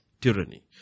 tyranny